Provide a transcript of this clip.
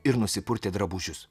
ir nusipurtė drabužius